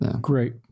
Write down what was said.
Great